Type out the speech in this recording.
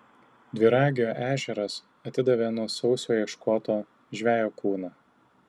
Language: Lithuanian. dviragio ežeras atidavė nuo sausio ieškoto žvejo kūną